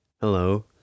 Hello